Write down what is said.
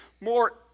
more